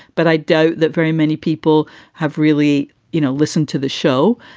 but i doubt that very many people have really you know listened to the show.